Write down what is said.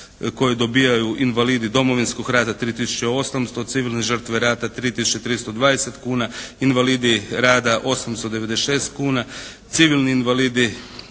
Hvala vam